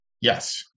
yes